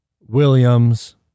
Williams